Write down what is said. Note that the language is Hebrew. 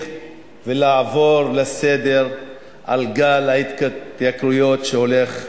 ולעבור לסדר היום על גל ההתייקרויות שהולך ומתעצם.